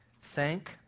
thank